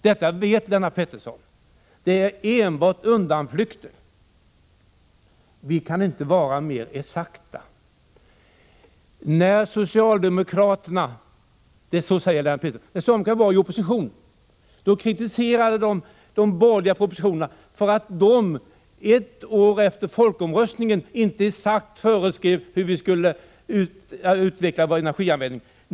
Detta vet Lennart Pettersson, så det är enbart undanflykter. Vi kan inte vara mer exakta. När socialdemokraterna var i opposition kritiserade man de borgerliga propositionerna för att de ett år efter folkomröstningen inte exakt föreskrev hur vi skulle utveckla vår energianvändning.